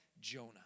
Jonah